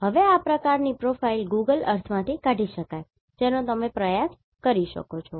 હવે આ પ્રકારની પ્રોફાઇલ ગૂગલ અર્થમાંથી કાઢી શકાય છે જેનો તમે પ્રયાસ કરી શકો છો